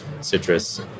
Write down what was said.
citrus